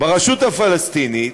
ברשות הפלסטינית,